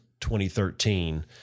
2013